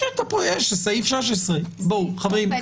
יש את סעיף 16. חברים,